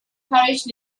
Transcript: parish